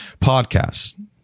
podcasts